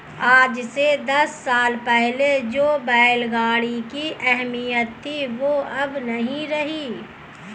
आज से दस साल पहले जो बैल गाड़ी की अहमियत थी वो अब नही रही